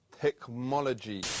Technology